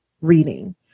reading